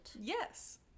Yes